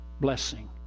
blessing